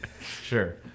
Sure